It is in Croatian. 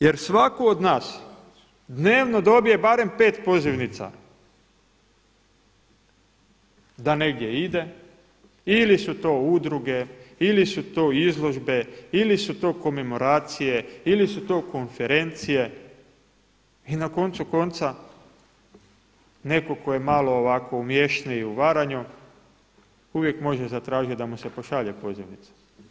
Jer svatko od nas dnevno dobije barem 5 pozivnica da negdje ide ili su to udruge, ili su to izložbe, ili su to komemoracije, ili su to konferencije i na koncu konca netko tko je malo ovako umješniji u varanju uvijek može zatražiti da mu se pošalje pozivnica.